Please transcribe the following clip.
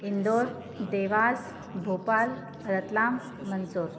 Indore Dewas Bhopal Ratlam Mandsaur